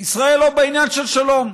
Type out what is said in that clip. ישראל לא בעניין של שלום.